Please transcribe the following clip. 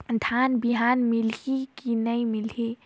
धान बिहान मिलही की नी मिलही?